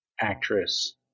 Actress